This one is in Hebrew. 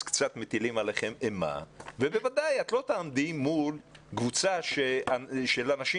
אז קצת מטילים עליכם אימה ובוודאי את לא תעמדי מול קבוצה של אנשים